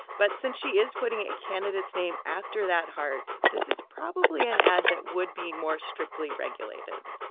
but since she is putting a candidate's name after that heart, this is probably an ad that would be more strictly regulated.